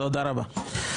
תודה רבה.